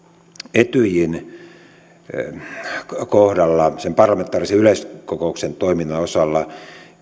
etyjin kohdalla sen parlamentaarisen yleiskokouksen toiminnan osalta